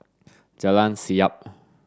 Jalan Siap